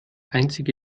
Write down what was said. einzige